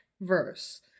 verse